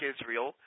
Israel